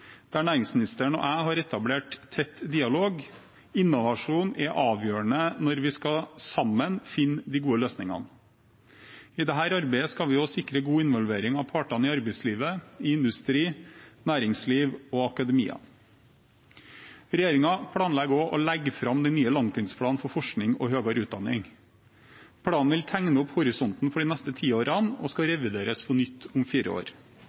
der næringsministeren og jeg har etablert tett dialog. Innovasjon er avgjørende når vi sammen skal finne de gode løsningene. I dette arbeidet skal vi også sikre god involvering av partene i arbeidslivet, i industri, næringsliv og akademia. Regjeringen planlegger også å legge fram den nye langtidsplanen for forskning og høyere utdanning. Planen vil tegne opp horisonten for de neste ti årene og skal revideres på nytt om fire år.